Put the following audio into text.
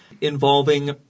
involving